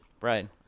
right